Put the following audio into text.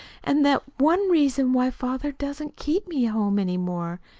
and that's one reason why father doesn't keep me home any more.